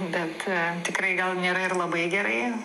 bet tikrai gal nėra ir labai gerai